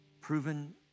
Proven